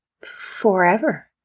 forever